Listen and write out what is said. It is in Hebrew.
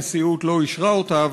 הנשיאות לא אישרה אותה,